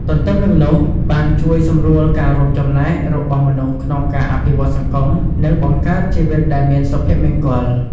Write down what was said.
ទន្ទឹមនឹងនោះ បានជួយសម្រួលការរួមចំណែករបស់មនុស្សក្នុងការអភិវឌ្ឍសង្គម និងបង្កើតជីវិតដែលមានសុភមង្គល ។